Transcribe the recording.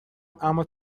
اما